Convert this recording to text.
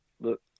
look